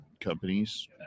companies